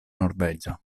norvegia